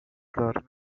car